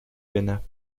ghana